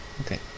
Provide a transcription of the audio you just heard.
Okay